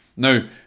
Now